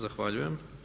Zahvaljujem.